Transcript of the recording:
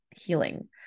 healing